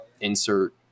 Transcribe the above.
insert